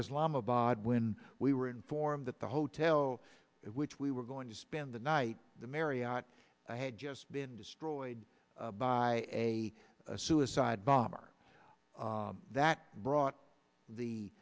islamabad when we were informed that the hotel which we were going to spend the night to marry on i had just been destroyed by a suicide bomber that brought the